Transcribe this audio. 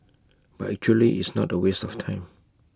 but actually it's not A waste of time